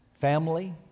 family